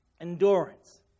endurance